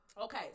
Okay